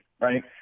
right